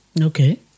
Okay